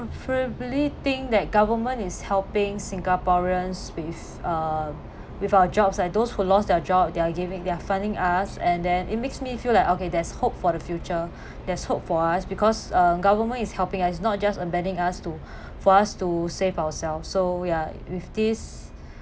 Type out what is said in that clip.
preferably think that government is helping singaporeans with uh with our jobs like those who lost their job they are giving they're funding us and then it makes me feel like okay there's hope for the future there's hope for us because uh government is helping is not just embedding us to for us to save ourselves so ya with this